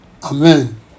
Amen